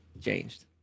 changed